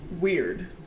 weird